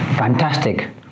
Fantastic